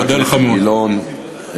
חבר הכנסת גילאון.